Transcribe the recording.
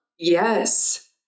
yes